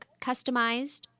customized